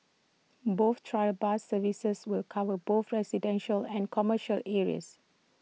both trial bus services will cover both residential and commercial areas